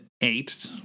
eight